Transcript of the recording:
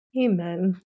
Amen